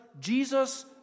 Jesus